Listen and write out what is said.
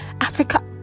Africa